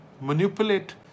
manipulate